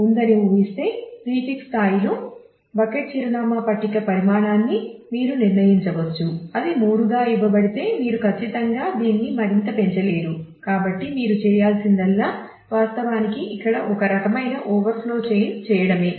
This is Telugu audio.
ఇది ఒక ఆసక్తికరమైన సందర్భం ఇక్కడ మీరు మళ్ళీ కంప్యూటర్ సైన్స్ చేయడమే